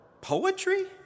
Poetry